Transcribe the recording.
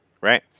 Right